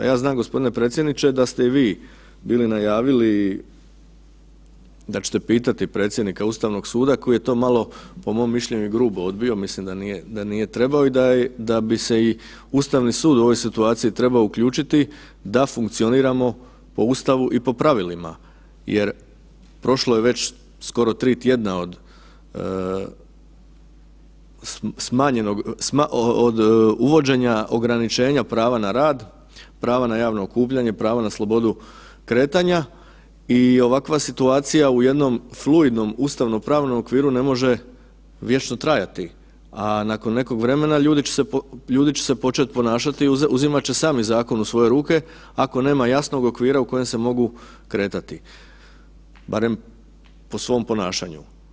Ja znam gospodine predsjedniče da ste i vi bili najavili da ćete pitati predsjednika Ustavnog suda koji je to malo po mom mišljenju i grubo odbio, mislim da nije trebao i da bi se i Ustavni sud u ovoj situaciji trebao uključiti da funkcioniramo po Ustavu i po pravilima jer prošlo je već skoro tri tjedna od uvođenja ograničenja prava na rad, prava na javno okupljanje, pravo na slobodu kretanja i ovakva situacija u jednom fluidnom ustavnopravno okviru ne može vječno trajati, a nakon nekog vremena ljudi će se počet ponašati i uzimat će sami zakon u svoje ruke ako nema jasnog okvira u kojem se mogu kretati, barem po svom ponašanju.